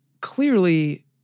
clearly